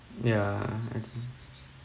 ya I think